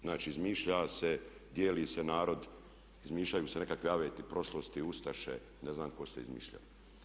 Znači, smišlja se, dijeli se narod, izmišljaju se nekakvi aveti prošlosti, ustaše, ne znam tko se izmišlja.